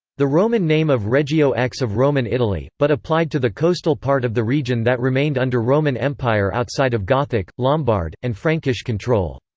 the roman name of regio x of roman italy, but applied to the coastal part of the region that remained under roman empire outside of gothic, lombard, and frankish control.